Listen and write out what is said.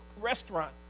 restaurant